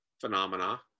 phenomena